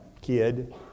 kid